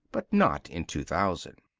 but not in two thousand.